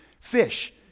Fish